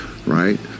Right